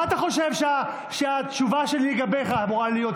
מה אתה חושב שהתשובה שלי לגביך אמורה להיות,